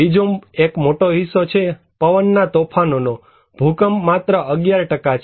બીજો એક મોટો હિસ્સો છે પવનના તોફાનોનો ભૂકંપ માત્ર 11 છે